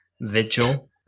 Vigil